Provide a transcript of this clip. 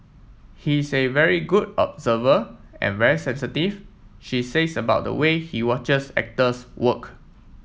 he is a very good observer and very sensitive she says about the way he watches actors work